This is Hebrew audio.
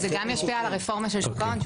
זה גם ישפיע על הרפורמה של שוק ההון,